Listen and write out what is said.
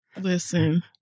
listen